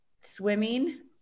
swimming